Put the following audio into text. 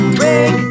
Break